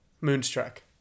Moonstruck